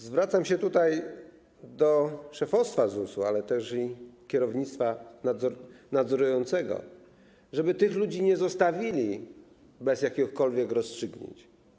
Zwracam się do szefostwa ZUS-u, ale też i kierownictwa nadzorującego, żeby tych ludzi nie zostawili bez jakichkolwiek rozstrzygnięć.